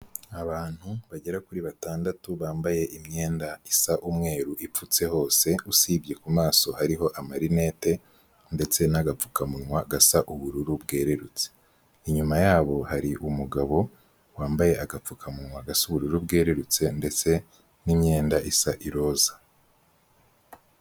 Abantu bagera kuri batandatu bambaye imyenda isa umweru ipfutse hose usibye ku maso hariho amarinete ndetse n'agapfukamunwa gasa ubururu bwererutse, inyuma yabo hari umugabo wambaye agapfukamunwa gasa ubururu bwerurutse ndetse n'imyenda isa iroza.